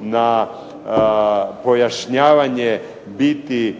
na pojašnjavanje biti